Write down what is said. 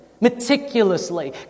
meticulously